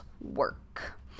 work